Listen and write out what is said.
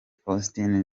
faustin